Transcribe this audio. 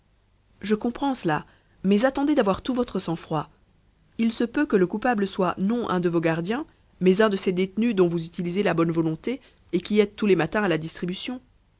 je comprends cela mais attendez d'avoir tout votre sang-froid il se peut que le coupable soit non un de vos gardiens mais un de ces détenus dont vous utilisez la bonne volonté et qui aident tous les matins à la distribution